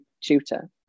tutor